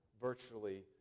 virtually